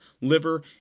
liver